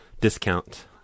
discount